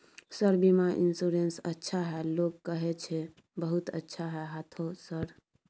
Sir बीमा insurance अच्छा है लोग कहै छै बहुत अच्छा है हाँथो सर?